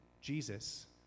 Jesus